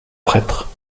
prêtre